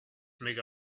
mega